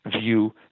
view